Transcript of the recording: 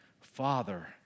Father